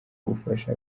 ubufasha